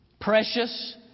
precious